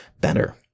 better